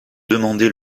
demandé